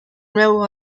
nuevo